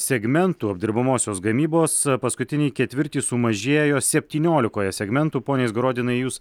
segmentų apdirbamosios gamybos paskutinį ketvirtį sumažėjo septyniolikoje segmentų pone izgorodinai jūs